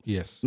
Yes